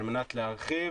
על מנת להרחיב